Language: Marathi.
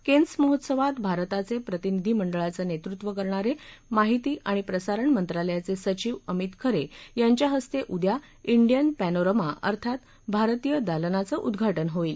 केनस् महोत्सवात भारताचे प्रतिनिधीमंडळाचं नेतृत्व करणारे माहिती आणि प्रसारण मंत्रालयाचे सचिव अमित खरे यांच्या हस्ते उद्या ाष्टियन पॅनोरमा अर्थात भारतीय दालनाचं उद्वाटन होईल